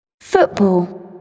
Football